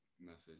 message